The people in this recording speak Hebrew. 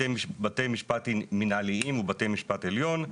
בתי משפט מינהליים ובית המשפט העליון.